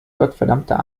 gottverdammter